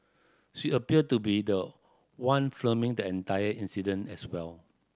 she appear to be the one filming the entire incident as well